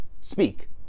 Speak